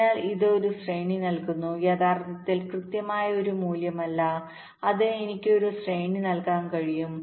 അതിനാൽ ഇത് ഒരു ശ്രേണി നൽകുന്നു യഥാർത്ഥത്തിൽ കൃത്യമായ മൂല്യമല്ല അത് എനിക്ക് ഒരു ശ്രേണി നൽകാൻ കഴിയും